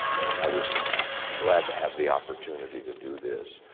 and i was glad to have the opportunity to do this.